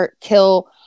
kill